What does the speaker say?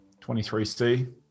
23C